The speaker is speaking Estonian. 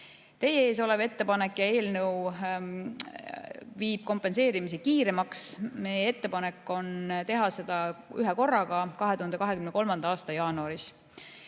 Teie ees olev ettepanek ja eelnõu viib kompenseerimise kiiremaks, meie ettepanek on teha seda ühekorraga 2023. aasta jaanuaris.